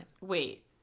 wait